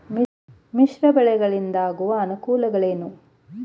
ಮಿಶ್ರ ಬೆಳೆಗಳಿಂದಾಗುವ ಅನುಕೂಲಗಳೇನು?